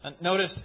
Notice